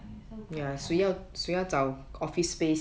!aiya! so quite jialat